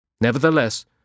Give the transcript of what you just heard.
Nevertheless